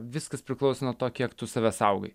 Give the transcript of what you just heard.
viskas priklauso nuo to kiek tu save saugai